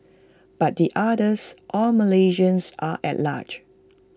but the others all Malaysians are at large